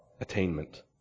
attainment